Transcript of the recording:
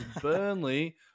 Burnley